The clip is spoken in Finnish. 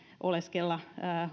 oleskella